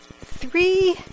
three